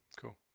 Cool